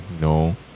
No